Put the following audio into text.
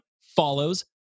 follows